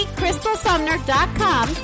crystalsumner.com